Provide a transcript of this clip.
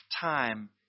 time